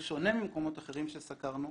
בשונה ממקומות אחרים שסקרנו,